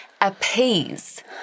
appease